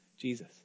Jesus